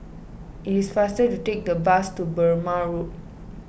it is faster to take the bus to Burmah Road